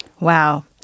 Wow